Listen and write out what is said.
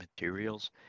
materials